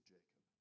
Jacob